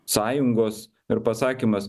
sąjungos ir pasakymas